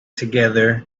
together